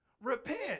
Repent